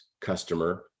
customer